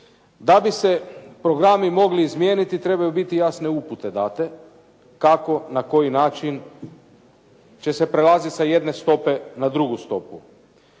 Da bi se programi mogli izmijeniti, trebaju biti jasne upute date kako, na koji način će se prelazit sa jedne stope na drugu stopu.